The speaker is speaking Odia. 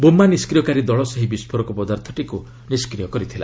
ବୋମା ନିଷ୍କ୍ରିୟକାରୀ ଦଳ ସେହି ବିସ୍କୋରକ ପଦାର୍ଥକୁ ନିଷ୍କ୍ରିୟ କରିଦେଇଛି